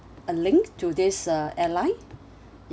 a link to this uh airline